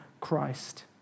Christ